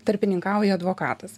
tarpininkauja advokatas